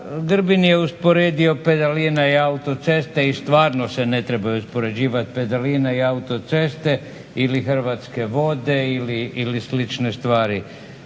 Grbin je usporedio pedaline i autoceste i stvarno se ne trebaju uspoređivati pedaline i autoceste, ili Hrvatske vode ili slične stvari.